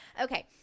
Okay